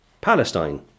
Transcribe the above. Palestine